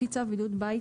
לפי צו בידוד בית,